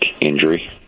injury